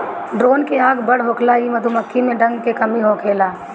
drone के आँख बड़ होखेला इ मधुमक्खी में डंक के कमी होखेला